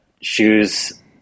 shoes